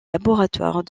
laboratoires